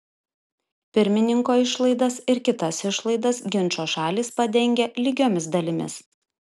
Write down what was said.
pirmininko išlaidas ir kitas išlaidas ginčo šalys padengia lygiomis dalimis